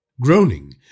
groaning